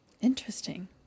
Interesting